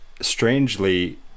strangely